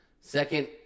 Second